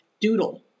doodle